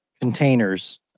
containers